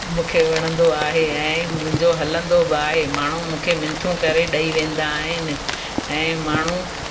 मूंखे वणंदो आहे ऐं मुंहिंजो हलंदो बि आहे माण्हू मूंखे मिंथूं करे ॾेई वेंदा आहिनि ऐं माण्हू